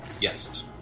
Yes